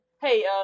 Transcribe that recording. hey